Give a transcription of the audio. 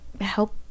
help